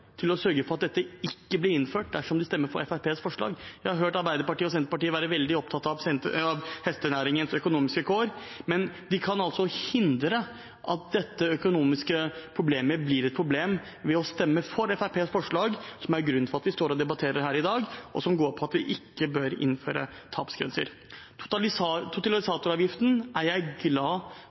til å sørge for at dette ikke blir innført, dersom de stemmer for Fremskrittspartiets forslag. Jeg har hørt Arbeiderpartiet og Senterpartiet være veldig opptatt av hestenæringens økonomiske kår, men de kan altså hindre at dette økonomiske problemet faktisk blir et problem, ved å stemme for Fremskrittspartiets forslag – som er grunnen til at vi står og debatterer her i dag – som går ut på at vi ikke bør innføre tapsgrenser. Totalisatoravgiften er jeg glad